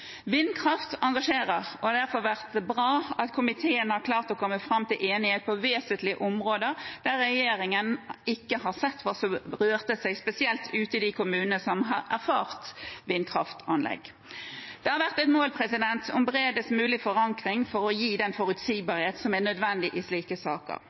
Vindkraft engasjerer, og det er derfor bra at komiteen har klart å komme fram til enighet på vesentlige områder der regjeringen ikke har sett hva som rørte seg, spesielt ute i de kommunene som har erfart vindkraftanlegg. Det har vært et mål om bredest mulig forankring for å gi den forutsigbarhet som er nødvendig i slike saker.